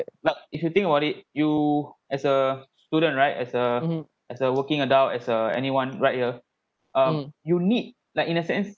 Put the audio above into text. like if you think about it you as a student right as a as a working adult as a anyone right here um you need like in a sense